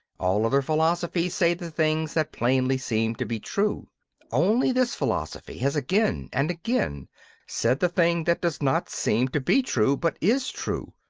all other philosophies say the things that plainly seem to be true only this philosophy has again and again said the thing that does not seem to be true, but is true.